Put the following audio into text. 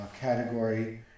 category